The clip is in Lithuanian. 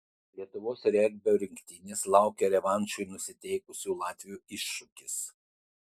lietuvos regbio rinktinės laukia revanšui nusiteikusių latvių iššūkis